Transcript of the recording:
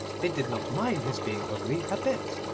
they did not mind his being ugly, a bit.